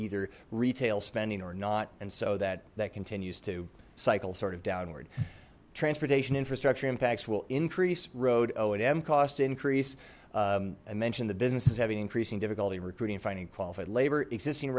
either retail spending or not and so that that continues to cycle sort of downward transportation infrastructure impacts will increase road oh an em cost increase i mentioned the businesses having increasing difficulty recruiting finding qualified labor existing